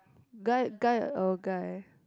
guy guy oh guy